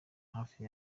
hafi